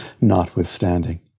notwithstanding